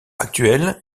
actuel